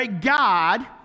God